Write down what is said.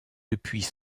depuis